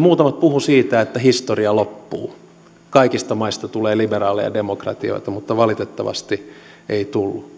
muutamat puhuivat siitä että historia loppuu kaikista maista tulee liberaaleja demokratioita mutta valitettavasti ei tullut